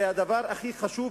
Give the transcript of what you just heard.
זה הדבר הכי חשוב,